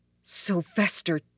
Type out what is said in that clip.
Sylvester